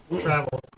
travel